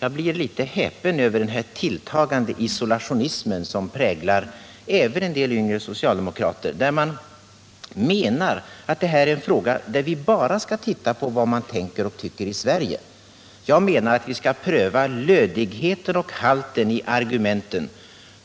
Jag blir litet häpen över den tilltagande isolationism som präglar även en del yngre socialdemokrater, som menar att detta är en fråga där vi bara skall ta hänsyn till vad man tänker och tycker i Sverige. Vi skall givetvis pröva lödigheten och halten i argumenten